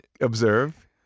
observe